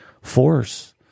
force